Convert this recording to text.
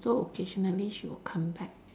so occasionally she will come back